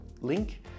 link